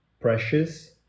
precious